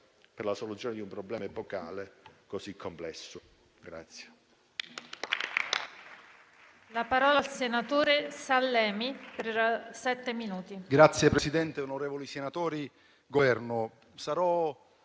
per la soluzione di un problema epocale così complesso.